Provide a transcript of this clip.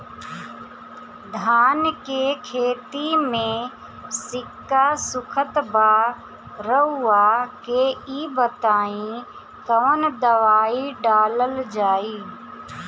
धान के खेती में सिक्का सुखत बा रउआ के ई बताईं कवन दवाइ डालल जाई?